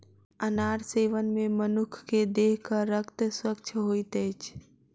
अनार सेवन मे मनुख के देहक रक्त स्वच्छ होइत अछि